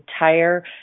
entire